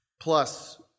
Plus